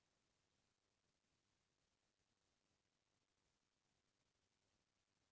अक्ती के बाद म किसानी के बूता ह सुरू होवइया रहिथे